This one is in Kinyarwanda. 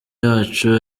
yacu